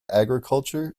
agriculture